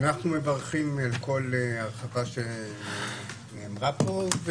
אנחנו מברכים על כל הרחבה שנאמרה פה,